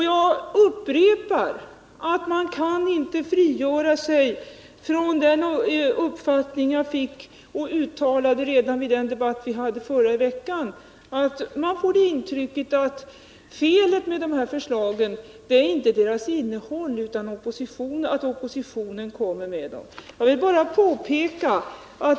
Jag upprepar att jag inte kan frigöra mig från det intryck som jag fick redan i debatten i förra veckan, nämligen att felet med dessa förslag är inte deras innehåll utan att de kommer från oppositionen.